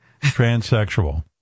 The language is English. transsexual